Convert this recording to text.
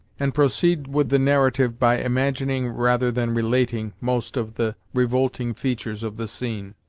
and proceed with the narrative by imagining rather than relating most of the revolting features of the scene.